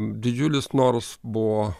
didžiulis noras buvo